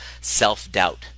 self-doubt